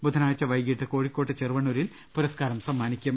ബുധനാഴ്ച്ച് പ്രൈകീട്ട് കോഴി ക്കോട്ട് ചെറുവണ്ണൂരിൽ പുരസ്കാരം സമ്മാനിക്കും